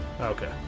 Okay